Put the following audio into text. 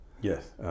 Yes